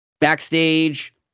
backstage